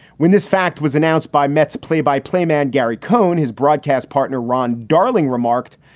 when this fact was announced by mets play by play man gary cohn, his broadcast partner, ron darling, remarked,